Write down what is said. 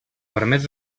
permet